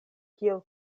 kiel